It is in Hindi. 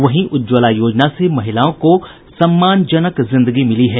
वहीं उज्ज्वला योजना से महिलाओं को सम्मानजनक जिंदगी मिली है